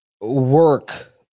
work